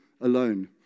alone